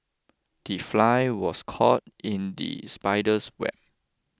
the fly was caught in the spider's web